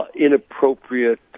inappropriate